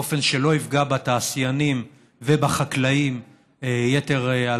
באופן שלא יפגע בתעשיינים ובחקלאים יתר על